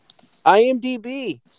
IMDb